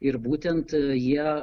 ir būtent jie